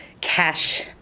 cash